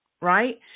right